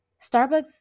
Starbucks